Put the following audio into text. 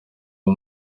uwo